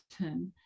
term